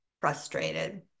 frustrated